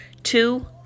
Two